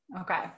okay